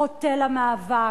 חוטא למאבק.